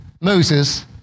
Moses